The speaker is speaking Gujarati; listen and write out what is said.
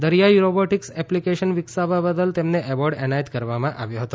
દરિયાઇ રોબોટિક્સ એપ્લિકેશન વિકસાવવા બદલ તેમને એવોર્ડ એનાયત કરવામાં આવ્યો હતો